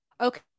okay